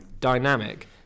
dynamic